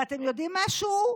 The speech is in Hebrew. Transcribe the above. ואתם יודעים משהו?